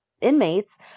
inmates